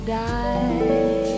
die